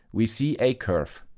we see a curve.